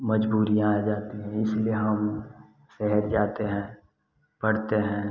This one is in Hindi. मजबूरियाँ आ जाती हैं इसलिए हम शहर जाते हैं पढ़ते हैं